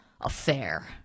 affair